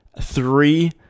Three